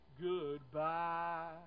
goodbye